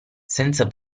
senza